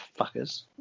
Fuckers